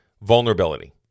vulnerability